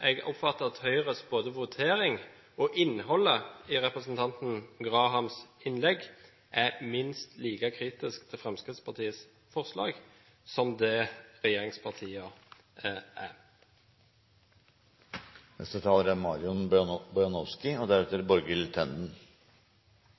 jeg oppfatter at Høyre, ut fra innholdet i representanten Grahams innlegg – og Høyre under voteringen – er minst like kritisk til Fremskrittspartiets forslag som det regjeringspartiene er.